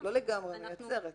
לא לגמרי מייצרת.